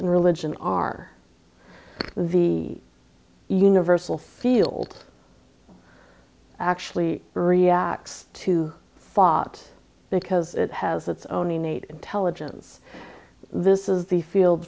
and religion are the universal field actually reacts to thought because it has its own innate intelligence this is the field